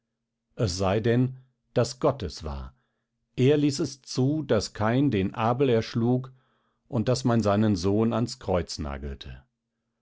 es sei denn daß gott es war er ließ es zu daß kain den abel erschlug und daß man seinen sohn ans kreuz nagelte